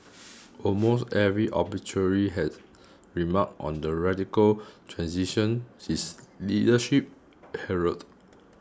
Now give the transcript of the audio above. almost every obituary has remarked on the radical transition his leadership heralded